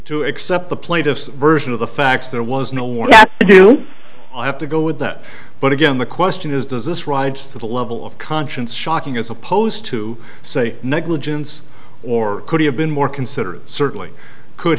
except the plaintiff's version of the facts there was no warning do i have to go with that but again the question is does this rides to the level of conscience shocking as opposed to say negligence or could he have been more considerate certainly could